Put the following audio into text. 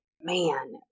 Man